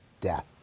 death